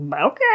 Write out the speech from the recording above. okay